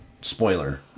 spoiler